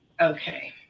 Okay